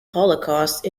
holocaust